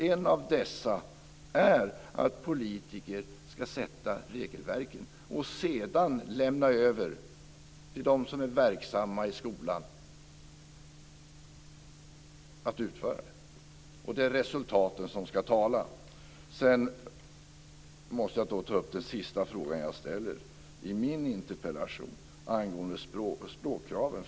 En av dessa är att politiker ska skapa regelverken och sedan lämna över till dem som är verksamma i skolan. Det är resultaten som ska tala. Sedan måste jag ta upp den sista fråga jag ställer i min interpellation, angående språkkraven.